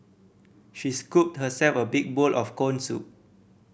she scooped herself a big bowl of corn soup